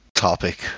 topic